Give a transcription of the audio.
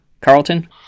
Carlton